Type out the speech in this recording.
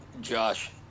Josh